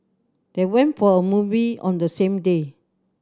they went for a movie on the same day